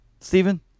Stephen